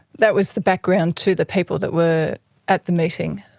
that was the background to the people that were at the meeting.